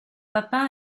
papin